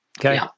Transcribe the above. okay